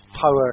power